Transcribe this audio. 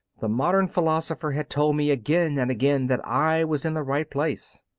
the modern philosopher had told me again and again that i was in the right place,